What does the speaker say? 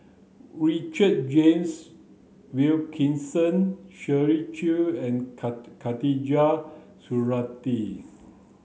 Richard James Wilkinson Shirley Chew and Khatijah Surattee